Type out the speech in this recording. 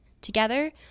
Together